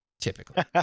Typically